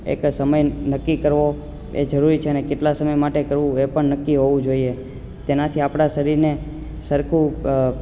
એક સમય નક્કી કરવો એ જરૂરી છે અને કેટલા સમયમાં માટે કરવું એ પણ નક્કી હોવું જોઈએ તેનાથી આપણા શરીરને સરખું